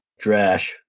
Drash